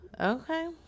Okay